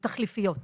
תחליפיות.